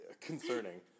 Concerning